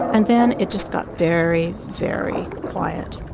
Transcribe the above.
and then it just got very, very quiet,